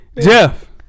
Jeff